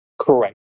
Correct